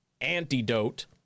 antidote